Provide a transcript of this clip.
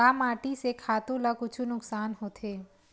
का माटी से खातु ला कुछु नुकसान होथे?